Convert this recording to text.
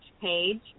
page